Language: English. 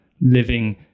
living